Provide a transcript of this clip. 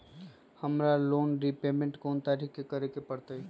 हमरा loan repayment कोन तारीख के करे के परतई?